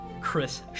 Chris